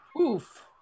Oof